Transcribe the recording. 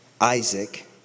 Isaac